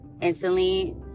instantly